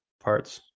parts